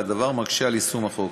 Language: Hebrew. והדבר מקשה את יישום החוק.